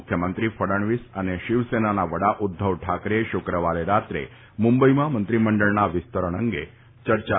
મુખ્યમંત્રી ફડણવીસ અને શિવસેનાના વડા ઉદ્ધવ ઠાકરેએ શુક્રવારે રાત્રે મુંબઇમાં મંત્રીમંડળના વિસ્તરણ અંગે ચર્ચા કરી હતી